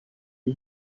die